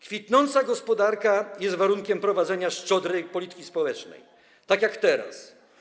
Kwitnąca gospodarka jest warunkiem prowadzenia szczodrej polityki społecznej, tak jak teraz.